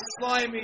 slimy